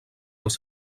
als